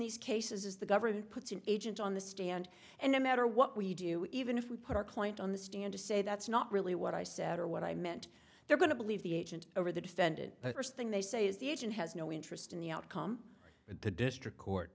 these cases is the government puts an agent on the stand and no matter what we do even if we put our client on the stand to say that's not really what i said or what i meant they're going to believe the agent or the defendant first thing they say is the agent has no interest in the outcome at the district court